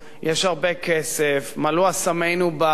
יש הרבה כסף, מלאו אסמינו בר,